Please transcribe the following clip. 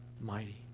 mighty